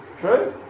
True